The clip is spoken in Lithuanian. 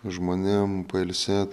žmonėm pailsėt